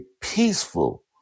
peaceful